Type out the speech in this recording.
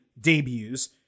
debuts